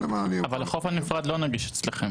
אבל החוף הנפרד לא נגיש אצלכם.